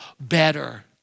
better